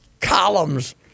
columns